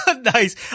Nice